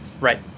right